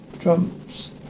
Trumps